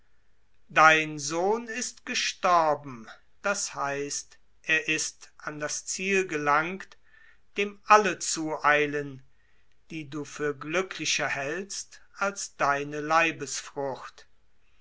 dein sohn ist gestorben d h er ist an das ziel gelangt dem alle zueilen die du für glücklicher hältst als deine